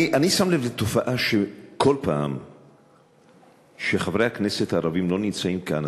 אני שם לב לתופעה שכל פעם שחברי הכנסת הערבים לא נמצאים כאן,